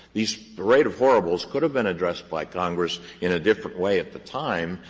these parade of horribles could have been addressed by congress in a different way at the time,